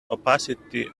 opacity